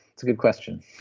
it's a good question